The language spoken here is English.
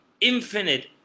infinite